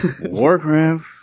Warcraft